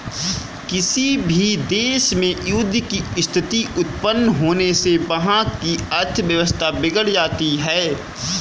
किसी भी देश में युद्ध की स्थिति उत्पन्न होने से वहाँ की अर्थव्यवस्था बिगड़ जाती है